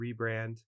rebrand